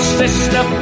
sister